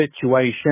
situation